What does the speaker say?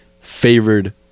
Favored